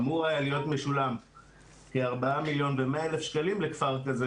אמור היה להיות משולם כ-4.1 מיליון שקלים לכפר כזה.